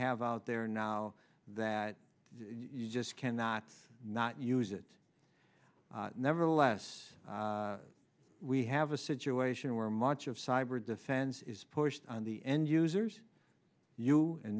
have out there now that you just cannot not use it nevertheless we have a situation where much of cyber defense is pushed on the end users you and